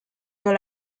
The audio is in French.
dans